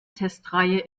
testreihe